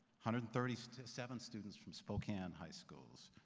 hundred and thirty seven students from spokane high schools.